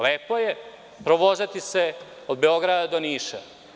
Lepo je provozati se od Beograda do Niša.